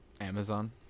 Amazon